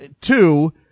Two